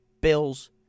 Bills